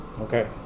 Okay